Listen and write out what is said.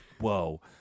whoa